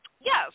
yes